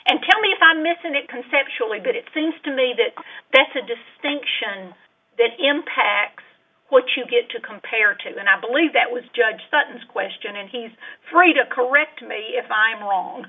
and tell me if i'm missing that conceptually but it seems to me that that's a distinction that impacts what you get to compare to and i believe that was judge sutton's question and he's free to correct me if i'm wrong